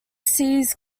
seized